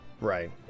right